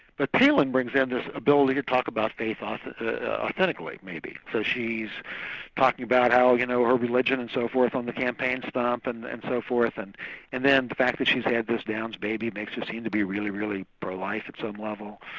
but palin brings in this ability to talk about faith ah authentically maybe, so she's talking about how you know her religion and so forth on the campaign stump and and so forth and and then the fact that she's had this down baby makes her seem to be really, really pro-life, at some level.